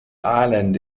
island